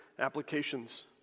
applications